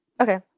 okay